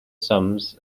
sums